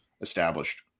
established